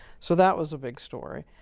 so, that was a big story.